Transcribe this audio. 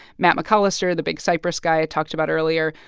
matt mccollister, the big cypress guy i talked about earlier,